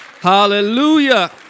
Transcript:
Hallelujah